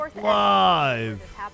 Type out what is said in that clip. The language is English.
live